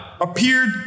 appeared